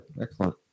Excellent